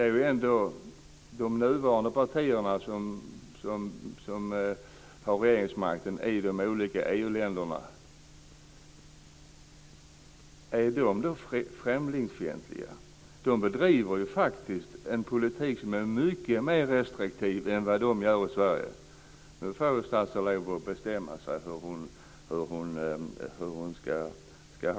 Är de partier som för närvarande har regeringsmakten i de olika EU-länderna främlingsfientliga? De bedriver ju faktiskt en politik som är mycket mer restriktiv än vad man gör i Sverige. Nu får statsrådet lov att bestämma hur hon ska ha det. Fru talman!